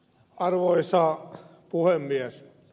arvoisa puhemies